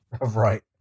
right